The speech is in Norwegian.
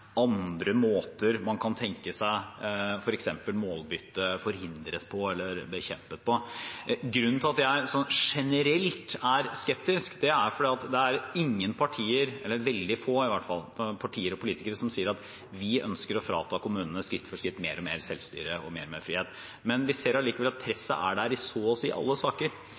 andre måter man kan tenke seg at målbytte forhindres eller bekjempes på. Grunnen til at jeg generelt er skeptisk, er at det er ingen partier – i hvert fall veldig få partier og politikere – som sier at de ønsker skritt for skritt å frata kommunene mer og mer selvstyre og mer og mer frihet. Men vi ser at presset er der i så å si alle saker,